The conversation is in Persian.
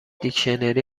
دیکشنری